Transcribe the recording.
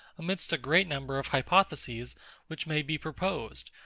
amidst a great number of hypotheses which may be proposed,